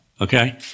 Okay